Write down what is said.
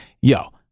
yo